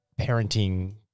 parenting